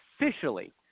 officially